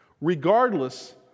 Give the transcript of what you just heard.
regardless